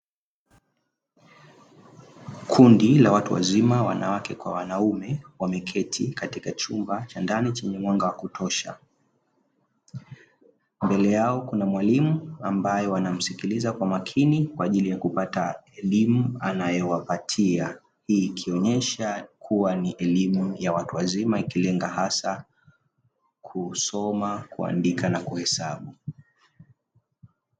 Kundi la watu wazima wanawake kwa wanaume wameketi katika chumba cha ndani chenye mwanga wa kutosha, mbele yao kuna mwalimu ambaye wanamsikiliza kwa makini kwa ajili ya kupata elimu anayowapatia; hii ikioyesha kuwa ni elimu ya watu wazima ikilenga hasa: kusoma, kuandika na kuhesabu.